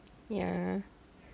ya